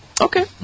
okay